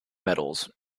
medals